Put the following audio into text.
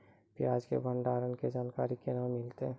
प्याज के भंडारण के जानकारी केना मिलतै?